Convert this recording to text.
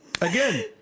again